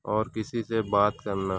اور کسی سے بات کرنا